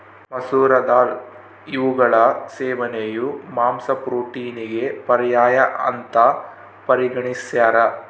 ಮಸೂರ ದಾಲ್ ಇವುಗಳ ಸೇವನೆಯು ಮಾಂಸ ಪ್ರೋಟೀನಿಗೆ ಪರ್ಯಾಯ ಅಂತ ಪರಿಗಣಿಸ್ಯಾರ